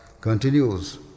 continues